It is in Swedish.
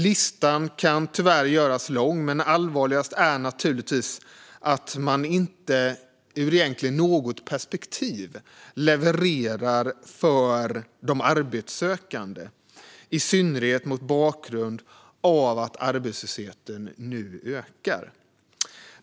Listan kan tyvärr göras lång, men allvarligast är naturligtvis att man inte ur egentligen något perspektiv levererar gentemot de arbetssökande. Det gäller i synnerhet mot bakgrund av att arbetslösheten nu ökar.